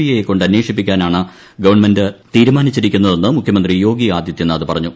I യെക്കൊണ്ട് അന്ദ്യേഷിപ്പിക്കാനാണ് government തീരുമാനിച്ചിരിക്കുന്നതെന്ന് മുഖ്യമന്ത്രി യോഗി ആദിത്യനാഥ് പറഞ്ഞു